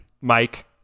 Mike